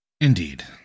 Indeed